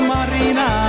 Marina